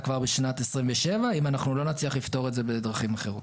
כבר בשנת 2027 אם אנחנו לא נצליח לפתור את זה בדרכים אחרות.